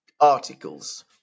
articles